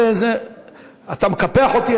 אתה מקפח אותי,